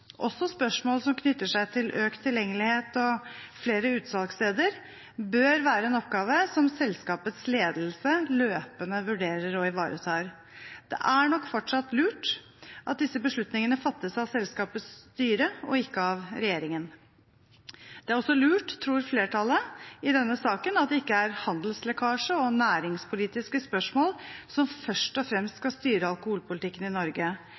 også spørsmål som knytter seg til økt tilgjengelighet og flere utsalgssteder, bør være en oppgave som selskapets ledelse løpende vurderer og ivaretar. Det er nok fortsatt lurt at disse beslutningene fattes av selskapets styre, og ikke av regjeringen. Det er også lurt, tror flertallet i denne saken, at det ikke er handelslekkasje og næringspolitiske spørsmål som først og fremst skal styre alkoholpolitikken i Norge,